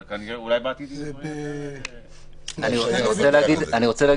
אבל אולי בעתיד יהיו דברים יותר --- אני רוצה להגיד,